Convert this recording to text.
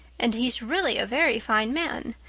and he's really a very fine man.